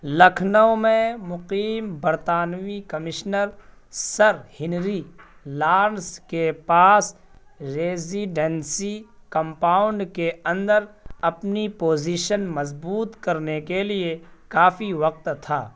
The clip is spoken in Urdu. لکھنؤ میں مقیم برطانوی کمشنر سر ہنری لارنس کے پاس ریزیڈنسی کمپاؤنڈ کے اندر اپنی پوزیشن مضبوط کرنے کے لیے کافی وقت تھا